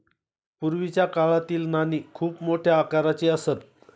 पूर्वीच्या काळातील नाणी खूप मोठ्या आकाराची असत